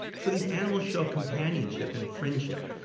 so these animal show companionship and friendship.